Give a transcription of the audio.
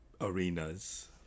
arenas